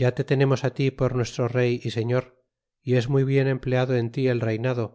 ya te tenemos á ti por nuestro rey y señor y es muy bien empleado en ti el reynado